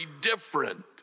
different